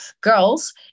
girls